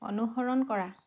অনুসৰণ কৰা